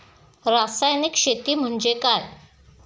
रासायनिक शेती म्हणजे काय?